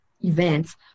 events